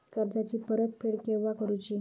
कर्जाची परत फेड केव्हा करुची?